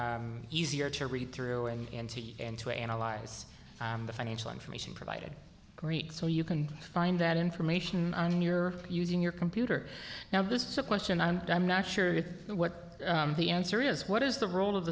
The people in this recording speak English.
be easier to read through and to and to analyze the financial information provided great so you can find that information on your using your computer now this is a question and i'm not sure what the answer is what is the role of